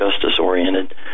justice-oriented